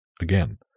again